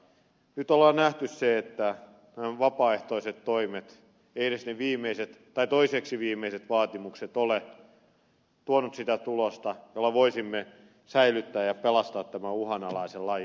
nyt on nähty se että nämä vapaaehtoiset toimet edes ne viimeiset tai toiseksi viimeiset vaatimukset eivät ole tuoneet sitä tulosta jolla voisimme säilyttää ja pelastaa tämän uhanalaisen lajin